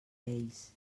ells